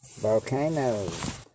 Volcanoes